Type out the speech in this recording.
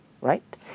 right